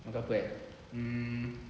makan apa eh mm